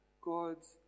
God's